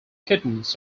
kittens